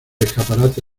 escaparate